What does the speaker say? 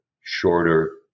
shorter